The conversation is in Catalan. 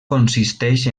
consisteix